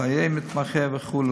סייעי מתמחה וכו'